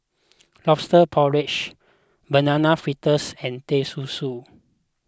Lobster Porridge Banana Fritters and Teh Susu